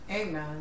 Amen